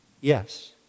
Yes